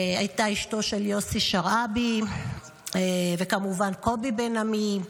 הייתה אשתו של יוסי שרעבי וכמובן קובי בן עמי,